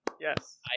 Yes